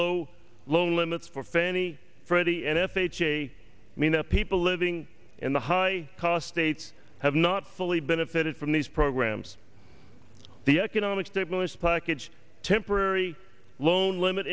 low loan limits for fannie freddie and f h a mean people living in the high cost states have not fully benefited from these programs the economic stimulus package temporary loan limit